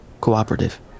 Cooperative